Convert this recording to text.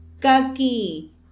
kaki